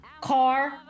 car